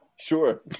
Sure